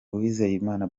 uwizeyimana